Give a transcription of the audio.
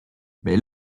mais